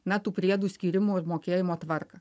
na tų priedų skyrimų ir mokėjimo tvarką